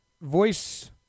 Voice